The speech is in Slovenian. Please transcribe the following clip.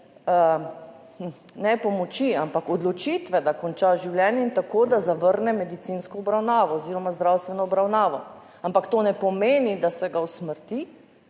ne pomoči, ampak odločitve, da konča življenje in tako, da zavrne medicinsko obravnavo oziroma zdravstveno obravnavo, ampak to ne pomeni, da se ga usmrti